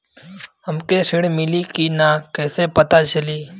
हमके ऋण मिली कि ना कैसे पता चली?